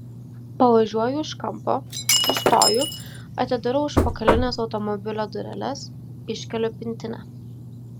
pavažiuoju už kampo sustoju atidarau užpakalines automobilio dureles iškeliu pintinę